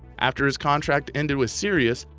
after his contract ended with sirius,